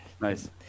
Nice